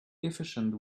efficient